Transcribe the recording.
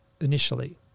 initially